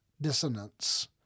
dissonance